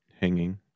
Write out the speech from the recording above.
Hanging